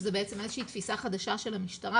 שזה איזה שהיא תפיסה חדשה של המשטרה